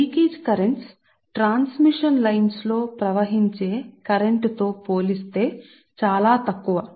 transmission లైన్లలో ప్రవహించే current తో పోలిస్తే ఈ లీకేజ్ ప్రవాహాలు చాలా తక్కువ